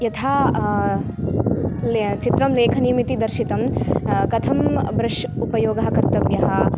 यथा चित्रं लेखनीयम् इति दर्शितं कथं ब्रश् उपयोगः कर्तव्यः